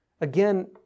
Again